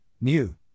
new